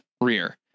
rear